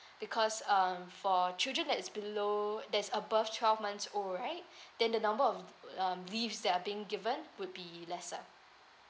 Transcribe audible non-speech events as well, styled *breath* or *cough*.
because um for children that is below there's above twelve months old right *breath* then the number of um leave that are being given would be lesser